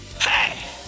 Hey